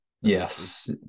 Yes